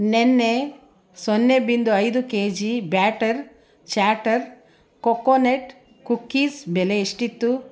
ನೆನ್ನೆ ಸೊನ್ನೆ ಬಿಂದು ಐದು K G batter chatter coconut cookies ಬೆಲೆ ಎಷ್ಟಿತ್ತು